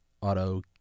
auto